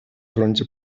фронте